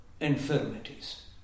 infirmities